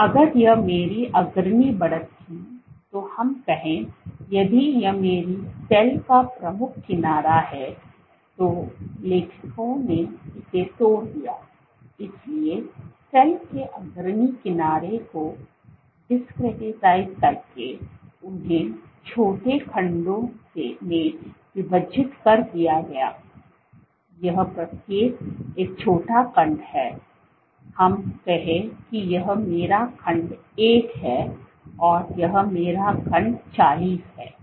तो अगर यह मेरी अग्रणी बढ़त थी तो हम कहें यदि यह मेरी सेल का प्रमुख किनारा है तो लेखकों ने इसे तोड़ दिया इसलिए सेल के अग्रणी किनारे को discretized करके उन्हें छोटे खंडों में विभाजित कर दिया गया यह प्रत्येक एक छोटा खंड है हम कहें कि यह मेरा खंड एक है और यह मेरा खंड 40 है